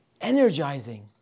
energizing